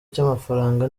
cy’amafaranga